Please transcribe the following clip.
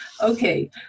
Okay